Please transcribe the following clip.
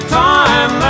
time